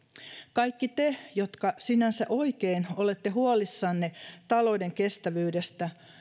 kaikki te jotka sinänsä oikein olette huolissanne talouden kestävyydestä